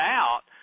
out